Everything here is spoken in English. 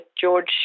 George